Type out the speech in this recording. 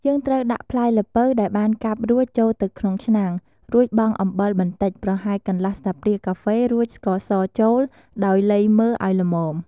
យើងត្រូវដាក់ផ្លែល្ពៅដែលបានកាប់រួចចូលទៅក្នុងឆ្នាំង រួចបង់អំបិលបន្តិច ប្រហែលកន្លះស្លាបព្រាកាហ្វេ រួចស្ករសចូល ដោយលៃមើលឱ្យល្មម។។